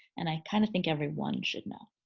and i kind of think everyone should know.